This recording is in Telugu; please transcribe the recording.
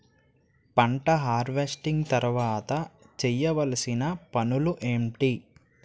పంట హార్వెస్టింగ్ తర్వాత చేయవలసిన పనులు ఏంటి?